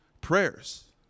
prayers